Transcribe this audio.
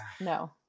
No